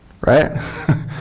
right